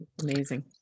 Amazing